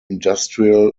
industrial